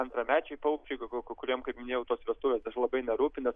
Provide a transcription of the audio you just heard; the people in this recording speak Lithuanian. antramečiai paukščiai kuriem kaip minėjau tos vestuvės daž labai nerūpi nes